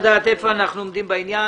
אנחנו עומדים בעניין.